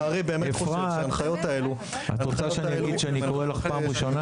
אפרת, את רוצה שאני אגיד שאני קורא לך פעם ראשונה?